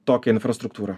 tokią infrastruktūrą